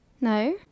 No